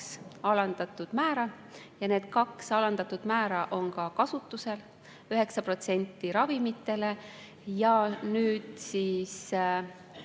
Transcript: alandatud määra. Need kaks alandatud määra on ka kasutusel: 9% ravimitele ja